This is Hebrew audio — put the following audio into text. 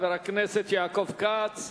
חבר הכנסת יעקב כץ,